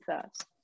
first